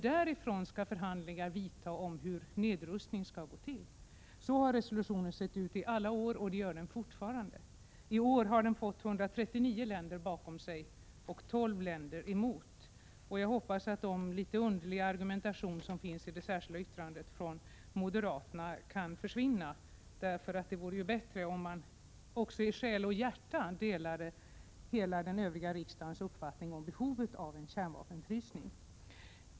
Därifrån skall sedan förhandlingar vidta om hur nedrustningen skall gå till. Så har resolutionen sett ut i alla år, och det gör den fortfarande. I år har 139 länder ställt sig bakom resolutionen medan 12 länder gick emot. Jag hoppas att den litet underliga argumentation som finns i det särskilda yttrandet från moderaterna kan försvinna. Det vore ju bättre om man också i själ och hjärta delade hela den övriga riksdagens uppfattning om behovet av en kärnvapenfrysning.